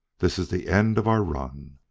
this is the end of our run.